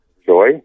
joy